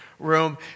room